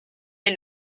est